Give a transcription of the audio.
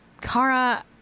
Kara